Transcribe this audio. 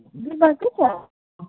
बिमार के छ